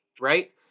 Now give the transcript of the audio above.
right